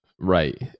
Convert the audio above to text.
Right